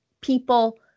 people